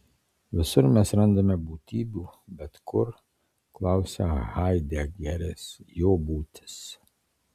visur mes randame būtybių bet kur klausia haidegeris jo būtis